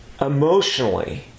Emotionally